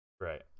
Right